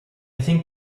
think